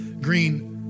Green